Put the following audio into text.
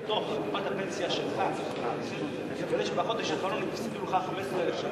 תסתכל בתוך קופת הפנסיה שלך ותראה שבחודש האחרון הפסידו לך 15,000 שקל.